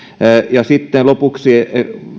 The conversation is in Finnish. ja sitten lopuksi